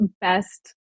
best